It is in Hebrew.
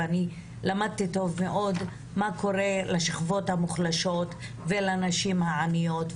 למדתי טוב מה קורה לשכבות המוחלשות ולנשים העניות,